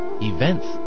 events